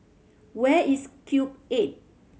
where is Cube Eight